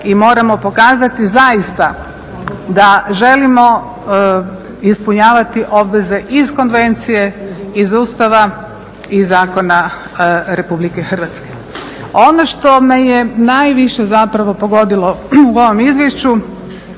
i moramo pokazati zaista da želimo ispunjavati obveze iz konvencije, iz Ustava i zakona Republike Hrvatske. Ono što me je najviše zapravo pogodilo u ovom izvješću